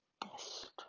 best